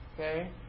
okay